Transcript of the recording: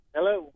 Hello